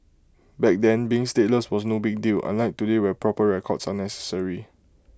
back then being stateless was no big deal unlike today where proper records are necessary